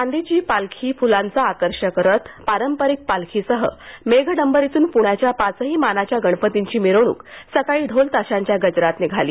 चांदीची पालखी फुलांचा आकर्षक रथ पारंपरीक पालखीसह मेघडंबरीतून प्ण्याच्या पाचही मानाच्या गणपतींची मिरवणूक सकाळी ढोलताशांच्या गजरात निघाली